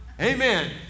amen